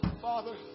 Father